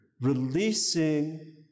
releasing